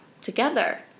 together